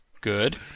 Good